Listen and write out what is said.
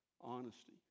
honesty